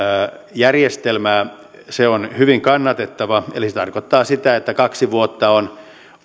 järjestelmää se on hyvin kannatettava eli se tarkoittaa sitä että kaksi vuotta on